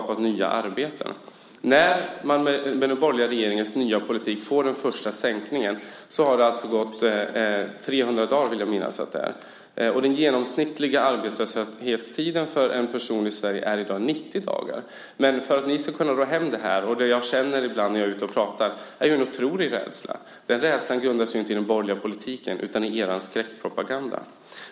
När den första sänkningen av a-kassan enligt den borgerliga regeringens förslag kommer för den som är arbetslös har det gått 300 dagar, och den genomsnittliga arbetslöshetstiden i Sverige är i dag 90 dagar. Men när jag är ute och pratar märker jag att det finns en otrolig rädsla. Den rädslan grundas inte på den borgerliga politiken utan på er skräckpropaganda.